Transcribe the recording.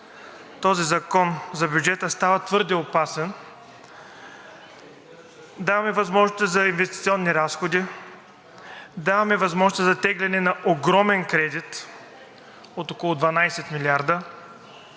този закон за бюджета става твърде опасно, даваме възможности за инвестиционни разходи, даваме възможности за теглене на огромен кредит от около 12 милиарда,